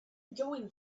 going